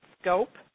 scope